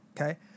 okay